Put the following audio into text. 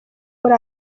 muri